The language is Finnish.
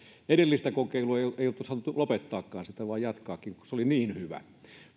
edellistä kokeilua emmekä olisi halunneet lopettaakaan sitä vaan jatkaakin kun se oli niin hyvä